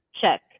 Check